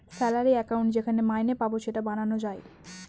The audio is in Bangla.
স্যালারি একাউন্ট যেখানে মাইনে পাবো সেটা বানানো যায়